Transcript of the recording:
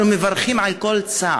אנחנו מברכים על כל צעד,